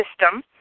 system